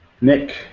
Nick